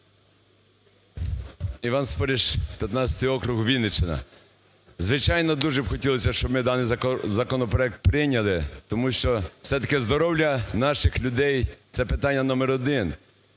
Іван Спориш, 15 округ, Вінниччина. Звичайно, дуже хотілося б, щоб ми даний законопроект прийняли, тому що все-таки здоров'я наших людей – це питання номер один.